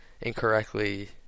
incorrectly